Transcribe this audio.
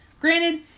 Granted